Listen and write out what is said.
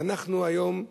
ואנחנו היום,